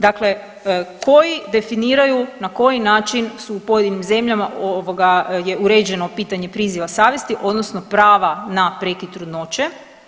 Dakle, koji definiraju na koji način su u pojedinim zemljama ovoga je uređeno pitanje priziva savjesti odnosno prava na prekid trudnoće.